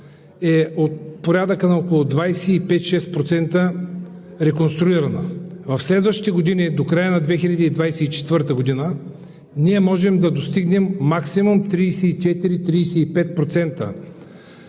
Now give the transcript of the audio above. е от порядъка на около 25 – 26% реконструирана. В следващите години – до края на 2024 г., ние можем да достигнем максимум 34 – 35%